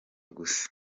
gusa